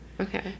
Okay